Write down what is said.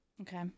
Okay